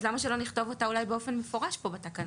אז למה שלא נכתוב אותה אולי באופן מפורש פה בתקנות?